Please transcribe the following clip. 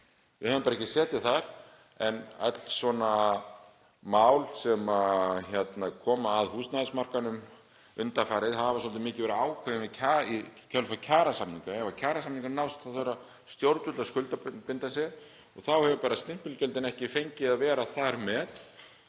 Við höfum bara ekki setið þar. En öll svona mál sem koma að húsnæðismarkaðnum undanfarið hafa svolítið mikið verið ákveðin í kjölfar kjarasamninga. Ef kjarasamningar nást þurfa stjórnvöld að skuldbinda sig. Þá hafa stimpilgjöldin bara ekki fengið að vera þar með,